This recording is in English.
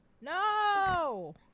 No